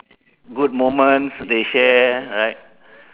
good moments they share right